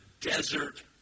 desert